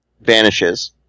vanishes